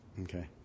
Okay